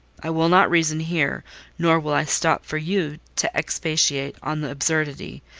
i will not reason here nor will i stop for you to expatiate on the absurdity,